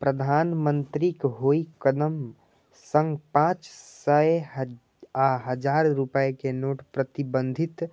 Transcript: प्रधानमंत्रीक ओइ कदम सं पांच सय आ हजार रुपैया के नोट प्रतिबंधित